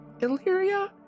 Illyria